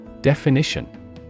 Definition